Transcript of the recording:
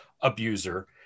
abuser